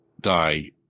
die